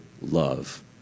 love